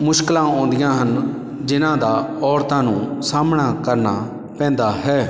ਮੁਸ਼ਕਿਲਾਂ ਆਉਂਦੀਆਂ ਹਨ ਜਿਨ੍ਹਾਂ ਦਾ ਔਰਤਾਂ ਨੂੰ ਸਾਹਮਣਾ ਕਰਨਾ ਪੈਂਦਾ ਹੈ